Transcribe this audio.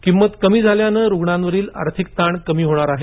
किंमत कमी झाल्यानं रुग्णांवरील आर्थिक ताण कमी होणार आहे